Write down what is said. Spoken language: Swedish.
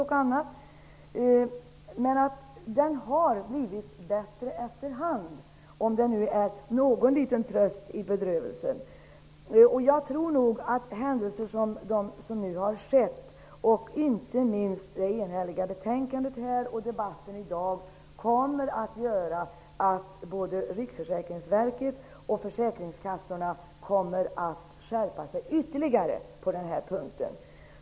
Kontrollen har dock blivit bättre efter hand, om nu det kan vara någon liten tröst i bedrövelsen. Jag tror nog att det som hänt och inte minst det enhälliga betänkandet och debatten här i dag kommer att få både Riksförsäkringsverket och försäkringskassorna att skärpa sig ytterligare.